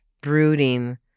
brooding